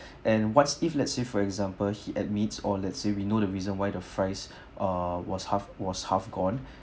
and what if let's say for example he admits or let's say we know the reason why the fries ah was half was half gone